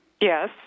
Yes